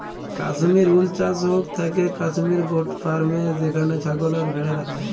Kashmir wool চাস হৌক থাকেক কাশ্মির গোট ফার্মে যেখানে ছাগল আর ভ্যাড়া রাখা হয়